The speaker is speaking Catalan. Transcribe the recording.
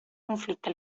conflicte